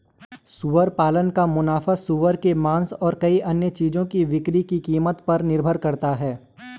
सुअर पालन का मुनाफा सूअर के मांस और कई अन्य चीजों की बिक्री की कीमत पर निर्भर करता है